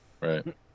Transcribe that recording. right